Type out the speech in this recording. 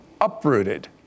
uprooted